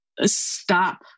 stop